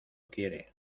quiere